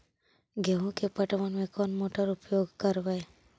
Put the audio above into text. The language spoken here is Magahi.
गेंहू के पटवन में कौन मोटर उपयोग करवय?